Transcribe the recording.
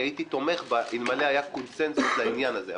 הייתי תומך בה אלמלא היה קונצנזוס לעניין הזה.